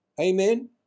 Amen